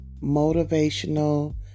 motivational